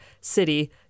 city